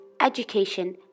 education